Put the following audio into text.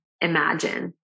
imagine